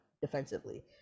defensively